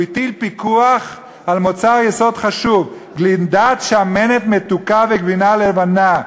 הוא הטיל פיקוח על מוצר יסוד חשוב: גלידת שמנת מתוקה וגבינה לבנה.